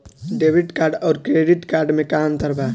Debit card आउर credit card मे का अंतर बा?